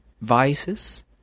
vices